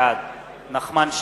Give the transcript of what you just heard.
בעד נחמן שי,